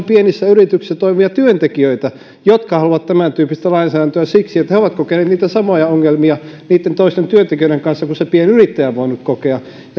paljon pienissä yrityksissä toimivia työntekijöitä jotka haluavat tämäntyyppistä lainsäädäntöä siksi että he ovat kokeneet niitä samoja ongelmia niitten toisten työntekijöiden kanssa kuin se pienyrittäjä on voinut kokea